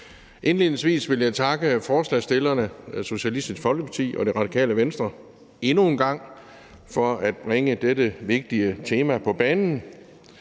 Indledningsvis vil jeg takke forslagsstillerne, Socialistisk Folkeparti og Radikale Venstre, endnu en gang for at bringe dette vigtige tema på banen.